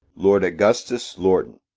lord augustus lorton.